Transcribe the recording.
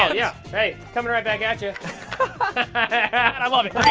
yeah. hey, coming right back at you. and i love it.